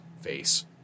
face